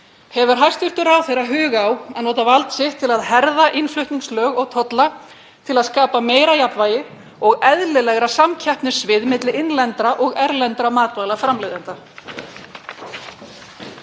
Hefur hæstv. ráðherra hug á að nota vald sitt til að herða innflutningslög og -tolla til að skapa meira jafnvægi og eðlilegra samkeppnissvið milli innlendra og erlendra matvælaframleiðenda?